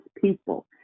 people